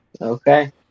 Okay